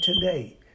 today